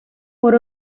por